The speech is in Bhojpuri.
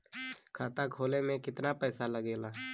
खाता खोले में कितना पैसा लगेला?